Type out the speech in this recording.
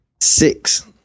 Six